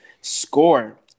score